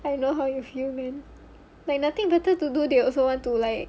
I know how you feel man they nothing better to do they also want to like